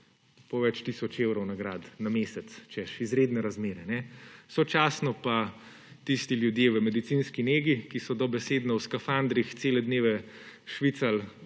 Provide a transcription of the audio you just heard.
po več tisoč evrov nagrad na mesec, češ, izredne razmere. Sočasno so pa tisti ljudje v medicinski negi, ki so dobesedno v skafandrih cele dneve švicali